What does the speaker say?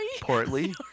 Portly